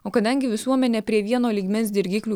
o kadangi visuomenė prie vieno lygmens dirgiklių